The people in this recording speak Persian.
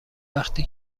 وقتی